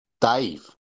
Dave